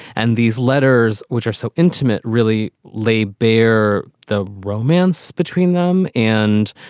and these letters, which are so intimate, really laid bare the romance between them. and